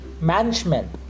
management